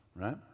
Right